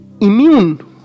immune